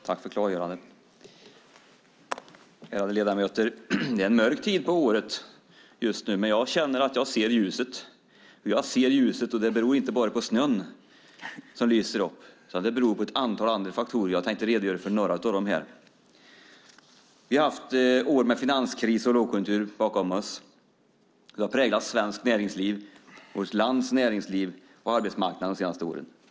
Herr talman! Tack för klargörandet. Ärade ledamöter! Det är en mörk tid på året just nu, men jag känner att jag ser ljuset. Det beror inte bara på snön som lyser upp utan det beror också på ett antal andra faktorer. Jag tänkte redogöra för några av dem här. Vi har haft år med finanskris och lågkonjunktur bakom oss. De har präglat vårt lands näringsliv och arbetsmarknaden de senaste åren.